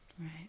right